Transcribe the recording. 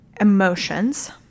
emotions